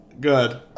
Good